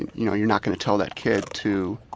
and you know you're not gonna tell that kid to,